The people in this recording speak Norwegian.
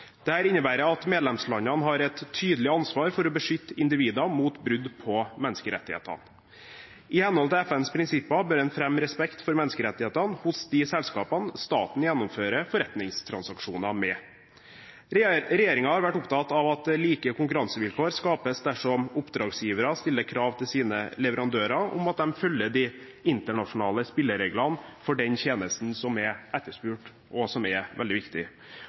innebærer at medlemslandene har et tydelig ansvar for å beskytte individer mot brudd på menneskerettighetene. I henhold til FNs prinsipper bør en fremme respekt for menneskerettighetene hos de selskapene som staten gjennomfører forretningstransaksjoner med. Regjeringen har vært opptatt av at like konkurransevilkår skapes dersom oppdragsgivere stiller krav til sine leverandører om at de følger de internasjonale spillereglene for den tjenesten som er etterspurt, og som er veldig viktig.